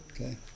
Okay